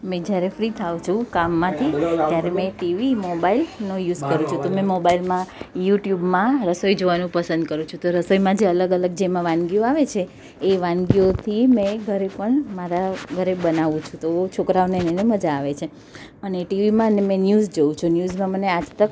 મેં જ્યારે ફ્રી થાઉં છું કામમાંથી ત્યારે મેં ટીવી મોબાઈલનો યુઝ કરું છું તો મોબાઈલમાં યુટ્યુબમાં રસોઈ જોવાનું પસંદ કરું છુ તો રસોઈમાં જે અલગ અલગ જે એમાં વાનગીઓ આવે છે એ વાનગીઓથી મેં ઘરે પણ મારા ઘરે બનાવું છું તો છોકરાઓને એમને મજા આવે છે અને ટીવીમાં મેં ન્યૂઝ જોઉં છું ન્યૂઝમાં મને આજ તક